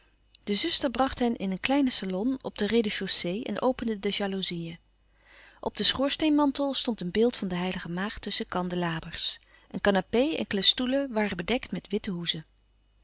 de zuster bracht hen in een kleinen salon op den rez-de-chaussée en opende de jaloezieën op den schoorsteenmantel stond een beeld van de h maagd tusschen kandelabers een canapé enkele stoelen waren bedekt met witte hoezen